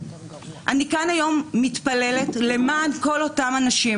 אני כאן היום מתפללת למען כל אותם אנשים,